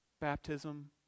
baptism